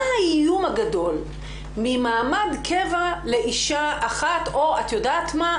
מה האיום הגדול ממעמד קבע לאישה אחת או את יודעת מה?